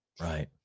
Right